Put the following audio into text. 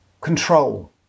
Control